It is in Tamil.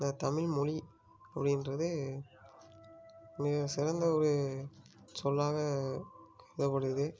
இந்த தமிழ் மொழி அப்படின்றது மிக சிறந்த ஒரு சொல்லாக கருதப்படுது